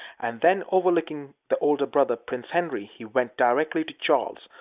and then, overlooking the older brother, prince henry, he went directly to charles,